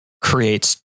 creates